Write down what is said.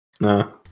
No